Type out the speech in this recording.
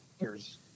years